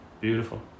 Beautiful